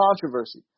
controversy